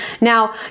Now